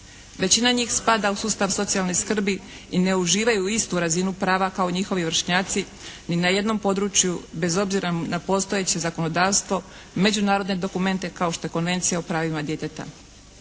Većina njih spada u sustav socijalne skrbi i ne uživaju istu razinu prava kao njihovi vršnjaci ni na jednom području bez obzira na postojeće zakonodavstvo, međunarodne dokumente kao što je Konvencija o pravima djeteta.